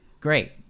Great